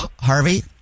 Harvey